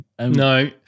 No